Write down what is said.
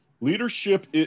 Leadership